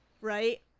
right